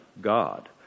God